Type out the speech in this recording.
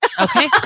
Okay